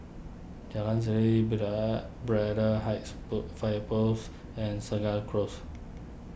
Jalan Serene bida Braddell Heights Po Fire Post and Segar Close